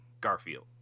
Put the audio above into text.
Garfield